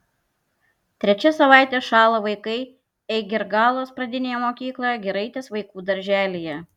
trečia savaitė šąla vaikai eigirgalos pradinėje mokykloje giraitės vaikų darželyje